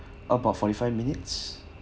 about forty-five minutes